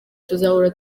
tuzahora